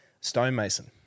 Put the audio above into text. stonemason